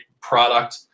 product